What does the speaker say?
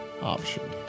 Option